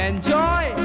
Enjoy